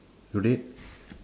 red